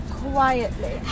quietly